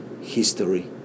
history